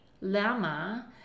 Lama